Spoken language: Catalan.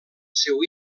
seu